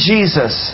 Jesus